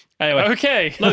Okay